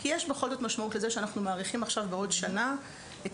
כי יש בכל זאת משמעות לזה שאנחנו מאריכים עכשיו בעוד שנה את